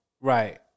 Right